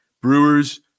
Brewers